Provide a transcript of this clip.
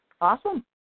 awesome